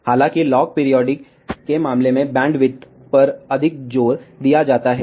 हालांकि log periodic के मामले में बैंडविड्थ पर अधिक जोर दिया जाता है